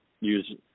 use